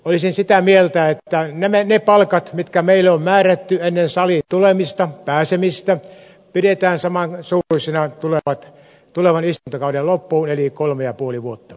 olisin sitä mieltä että ne palkat mitkä meille on määrätty ennen saliin tulemista pääsemistä pidetään samansuuruisina tulevan istuntokauden loppuun eli kolme ja puoli vuotta